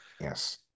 Yes